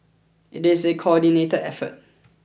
it is a coordinate effort